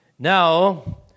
Now